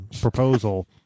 proposal